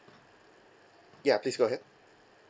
ya please go ahead